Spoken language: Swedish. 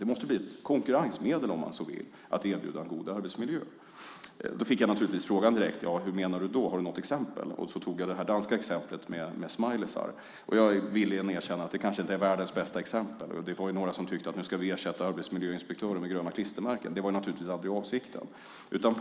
Det måste bli ett konkurrensmedel, om man så vill, att erbjuda en god arbetsmiljö. Jag fick naturligtvis direkt frågan: Hur menar du då? Har du något exempel? Jag tog upp det här danska exemplet med smileys. Jag är villig att erkänna att det kanske inte är världens bästa exempel. Det var några som undrade om vi skulle ersätta arbetsmiljöinspektörer med gröna klistermärken. Det var naturligtvis aldrig avsikten.